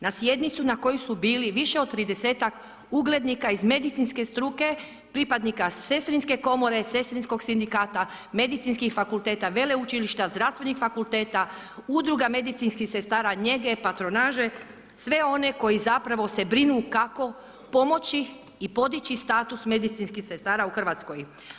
Na sjednicu na kojoj su bili više od tridesetak uglednih od medicinske struke, pripadnika sestrinske komore, sestrinskog sindikata, medicinskih fakulteta, veleučilišta, zdravstvenih fakulteta, udruga medicinskih sestara, njege, patronaže, sve one koji zapravo se brinu kako pomoći i podići status medicinskih sestara u Hrvatskoj.